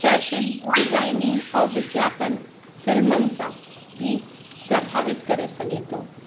fashion designing औरि विज्ञापन फिल्मनि सां बि प्रभावित करे सघे थो